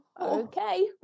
okay